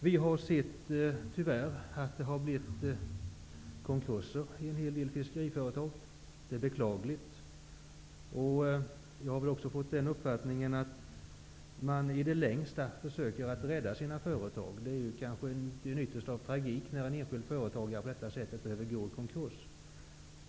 Vi har tyvärr kunnat se att det blivit konkurser i en del fiskeriföretag. Man försöker i det längsta att rädda sina företag. Det är ju ytterst tragiskt när en företagare på detta område måste gå i konkurs.